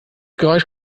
geräusch